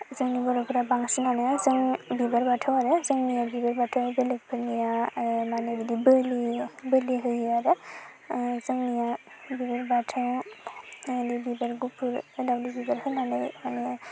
जोंनि बर'फोरा बांसिनानो जों बिबार बाथौ आरो जोंनिया बिबार बाथौ बेलेकफोरनिया मा होनो बिदि बोलि बोलि होयो आरो जोंनिया बिबार बाथौ आरो बिबार गुफुर दावदै बिबार होनानै माने